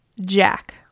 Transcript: Jack